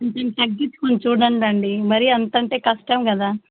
కొంచెం తగ్గించుకుని చూడండి అండి మరి అంత అంటే కష్టం కదా